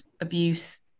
abuse